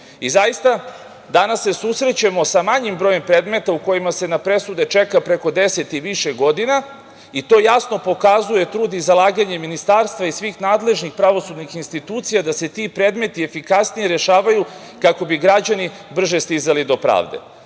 zaista, danas se susrećemo sa manjim brojem predmeta u kojima se na presude čeka preko 10 i više godina i to jasno pokazuje trud i zalaganje Ministarstva i svih nadležnih pravosudnih institucija da se ti predmeti efikasnije rešavaju kako bi građani brže stizali do pravde.